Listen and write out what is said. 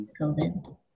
COVID